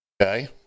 Okay